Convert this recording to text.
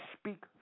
speak